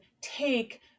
take